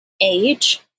age